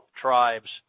tribes